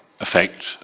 effect